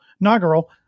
inaugural